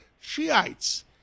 Shiites